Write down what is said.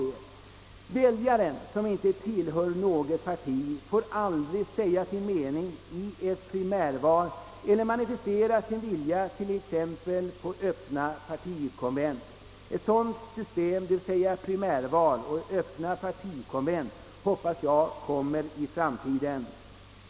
Den väljare som inte tillhör något parti får aldrig säga sin mening i ett primärval eller manifestera sin vilja t.ex. på öppna partikonvent. Ett sådant system — med primärval och öppna partikonvent — hoppas jag kommer i framtiden.